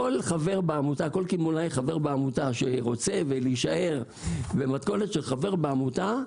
כל חבר בעמותה שרוצה להישאר במתכונת של חבר בעמותה,